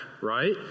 right